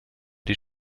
die